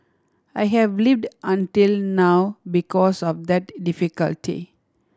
I have lived until now because of that difficulty